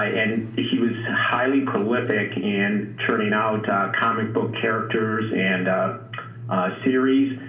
and he was highly prolific in turning out comic book characters and series.